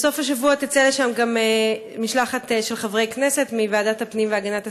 בסוף השבוע תצא לשם גם משלחת של חברי כנסת מוועדת הפנים והגנת הסביבה,